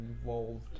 involved